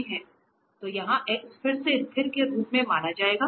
तो यहाँ x फिर से स्थिर के रूप में माना जाएगा